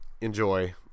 enjoy